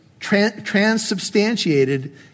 transubstantiated